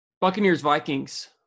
Buccaneers-Vikings